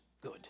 good